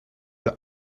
der